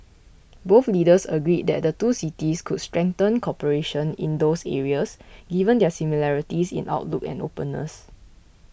both leaders agreed that the two cities could strengthen cooperation in those areas given their similarities in outlook and openness